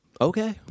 Okay